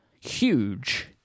huge